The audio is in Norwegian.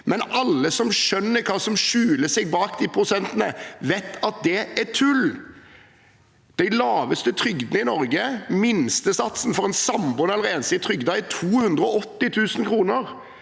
mye. Alle som skjønner hva som skjuler seg bak de prosentene, vet at det er tull. De laveste trygdene i Norge, minstesatsen for en samboende eller enslig trygdet, er 280 000 kr.